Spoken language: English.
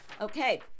Okay